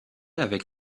avec